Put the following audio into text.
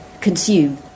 consume